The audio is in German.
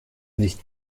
nicht